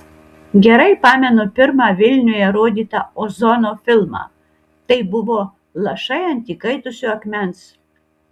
gerai pamenu pirmą vilniuje rodytą ozono filmą tai buvo lašai ant įkaitusio akmens